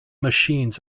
machines